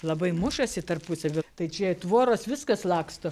labai mušasi tarpusavy tai čia tvoros viskas laksto